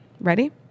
ready